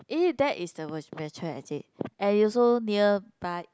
eh that is the vir~ virtual exit and it also near by